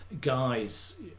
guys